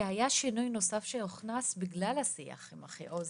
כי היה שינוי נוסף שהוכנס בגלל השיח עם אחיעוז